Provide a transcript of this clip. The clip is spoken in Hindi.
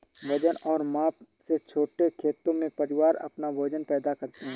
वजन और माप से छोटे खेतों में, परिवार अपना भोजन पैदा करते है